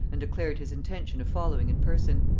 and declared his intention of following in person.